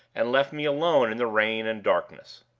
and left me alone in the rain and darkness.